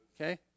Okay